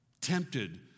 tempted